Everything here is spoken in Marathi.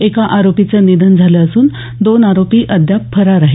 एका आरोपीचं निधन झालं असून दोन आरोपी अद्याप फरार आहेत